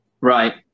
Right